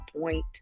point